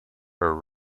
her